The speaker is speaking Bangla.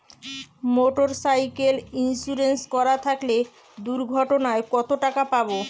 মোটরসাইকেল ইন্সুরেন্স করা থাকলে দুঃঘটনায় কতটাকা পাব?